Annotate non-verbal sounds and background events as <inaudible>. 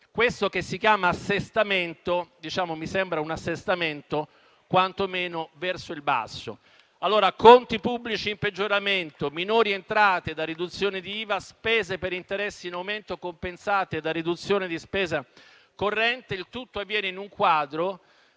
(-215 milioni). Questo mi sembra un assestamento quanto meno verso il basso. <applause> Conti pubblici in peggioramento, minori entrate da riduzione di IVA, spese per interessi in aumento compensate da riduzione di spesa corrente: il tutto avviene in un quadro,